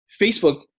Facebook